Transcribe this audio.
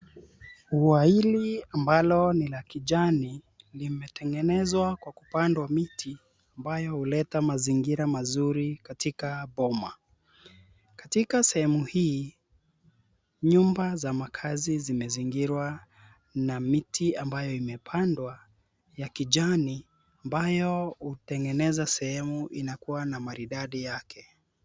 Ua hili ambalo ni la kijani, limetengenezwa kwa kupandwa miti ambayo huleta mazingira mazuri katika boma. Katika sehemu hii, nyumba za makazi zimezingirwa na miti ambayo imepandwa ya kijani ambayo hutengeneza sehemu inakuwa na maridadi yake.